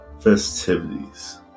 festivities